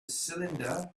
cylinder